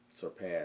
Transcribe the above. surpass